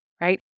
right